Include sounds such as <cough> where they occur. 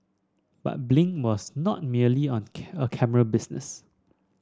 but Blink was not merely on <unintelligible> a camera business